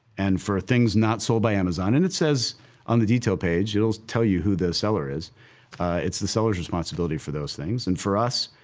and for things not sold by amazon and it says on the detail page, it'll tell you who the seller is it's the seller's responsibility for those things, and for us,